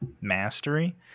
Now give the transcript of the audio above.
Mastery